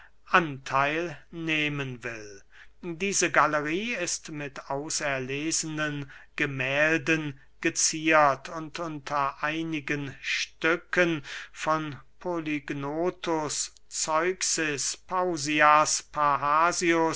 antheil nehmen will diese gallerie ist mit auserlesenen gemählden geziert und unter einigen stücken von polygnotus zeuxis pausias